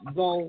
go